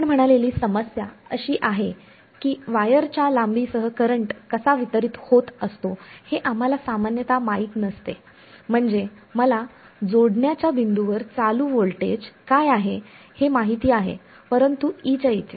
आपण म्हणालेली समस्या अशी आहे की वायरच्या लांबीसह करंट कसा वितरित होत असतो हे आम्हाला सामान्यत माहित नसते म्हणजे मला जोडण्याच्या बिंदूवर चालू व्होल्टेज काय आहे हे माहित आहे परंतु E च्या इथे